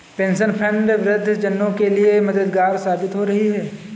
pension fund वृद्ध जनों के लिए मददगार साबित हो रही है